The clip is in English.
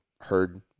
heard